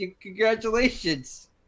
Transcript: Congratulations